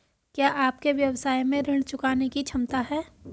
क्या आपके व्यवसाय में ऋण चुकाने की क्षमता है?